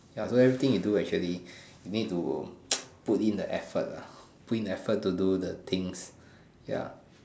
everything you do actually you need to put in the effort lah put in effort to do the things ya